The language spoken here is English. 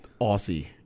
Aussie